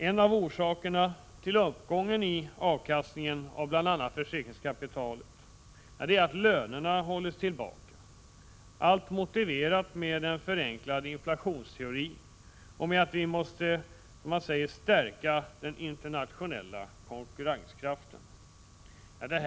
En av orsakerna till uppgången i avkastningen av bl.a. försäkringskapita let är att lönerna hållits tillbaka, allt motiverat med en förenklad inflationste Prot. 1986/87:48 ori och med förklaringen att vi måste ”stärka den internationella konkur 12 december 1986 renskraften”.